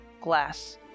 glass